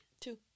two